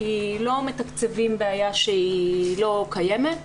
כי לא מתקצבים בעיה שהיא לא קיימת,